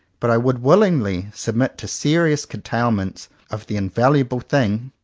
but i would willingly submit to serious curtailment of the invaluable thing,